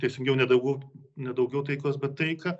teisingiau ne daugau ne daugiau taikos bet taiką